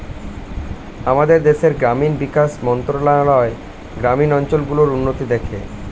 আমাদের দেশের গ্রামীণ বিকাশ মন্ত্রণালয় গ্রামীণ অঞ্চল গুলোর উন্নতি দেখে